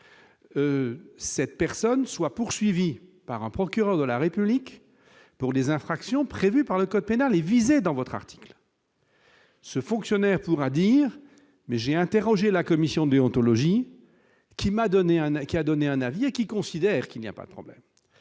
7 personnes soient poursuivis par un procureur de la République pour les infractions prévues par le code pénal et visé dans votre article. Ce fonctionnaire pourra dire mais j'ai interrogé la commission déontologie qui m'a donné un avis qui a donné un avis et qui considère qu'il n'y a pas tremblé